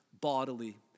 bodily